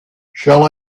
shall